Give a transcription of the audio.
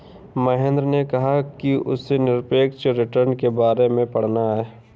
महेंद्र ने कहा कि उसे निरपेक्ष रिटर्न के बारे में पढ़ना है